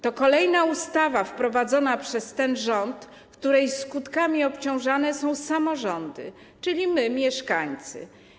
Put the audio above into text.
To kolejna ustawa wprowadzona przez ten rząd, której skutkami obciążane są samorządy, czyli my, mieszkańcy.